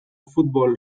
futbol